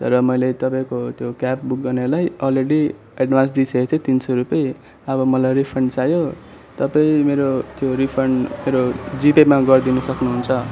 तर मैले तपाईँको त्यो क्याब बुक गर्नेलाई अलरेडी एडभान्स दिइसकेको थिएँ तिन सौ रुपियाँ अब मलाई रिफान्ड चाहियो तपाईँ मेरो त्यो रिफान्ड मेरो जिपेमा गरिदिन सक्नुहुन्छ